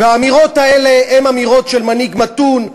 והאמירות האלה הן אמירות של מנהיג מתון,